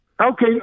Okay